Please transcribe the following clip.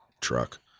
truck